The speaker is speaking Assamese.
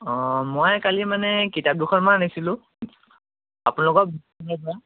অঁ মই কালি মানে কিতাপ দুখনমান আনিছিলোঁ আপোনালোকৰ বুক ষ্টলৰ পৰা